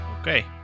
Okay